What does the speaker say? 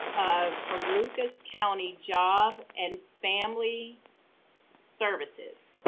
ah, from lucas county job and family services.